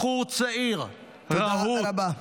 בחור צעיר, רהוט -- תודה רבה.